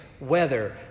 weather